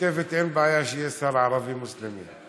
למשותפת אין בעיה שיהיה שר ערבי מוסלמי.